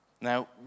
Now